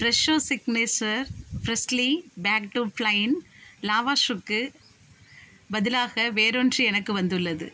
Fresho signature freshly baked plain லவாஷூக்கு பதிலாக வேறொன்று எனக்கு வந்துள்ளது